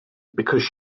because